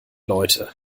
leute